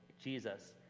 Jesus